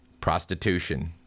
prostitution